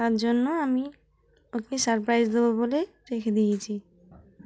তার জন্য আমি ওকে সারপ্রাইজ দেবো বলে রেখে দিয়েছি